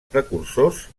precursors